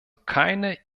keine